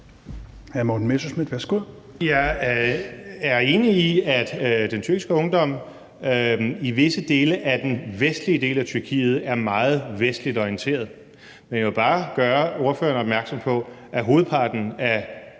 Jeg er enig i, at den tyrkiske ungdom i visse dele af den vestlige del af Tyrkiet er meget vestligt orienteret, men jeg vil bare gøre ordføreren opmærksom på, at hovedparten af